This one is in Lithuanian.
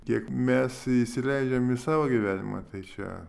kiek mes įsileidžiam į savo gyvenimą tai čia